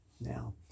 Now